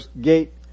gate